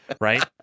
Right